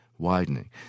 widening